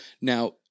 Now